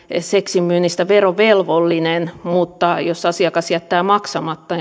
seksin myynnistä verovelvollinen mutta jos asiakas jättää maksamatta